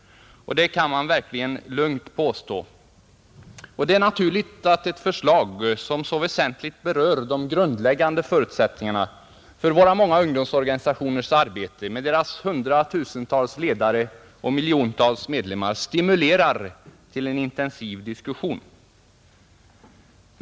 Det kan man verkligen lugnt påstå. Det är också naturligt att ett förslag, som så väsentligt berör de grundläggande förutsättningarna för våra många ungdomsorganisationers arbete med deras hundratusentals ledare och miljontals medlemmar, stimulerar till en intensiv diskussion.